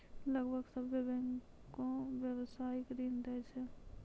लगभग सभ्भे बैंकें व्यवसायिक ऋण दै छै